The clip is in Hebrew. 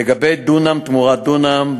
לגבי דונם תמורת דונם,